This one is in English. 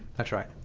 that's right.